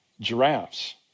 giraffes